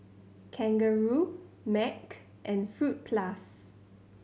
Kangaroo Mac and Fruit Plus